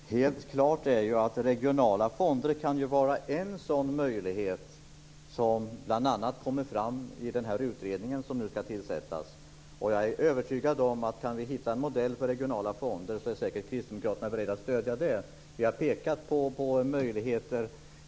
Fru talman! Helt klart är ju att regionala fonder kan vara en sådan möjlighet som bl.a. kommer fram i den utredning som nu skall tillsättas. Jag är övertygad om att ifall vi kan hitta en modell för regionala fonder så är säkert Kristdemokraterna beredda att stödja den. Vi har pekat på sådana möjligheter.